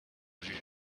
vue